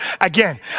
again